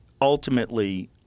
ultimately